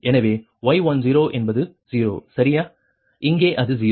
எனவே y10 என்பது 0 சரியா இங்கே அது 0